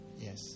Yes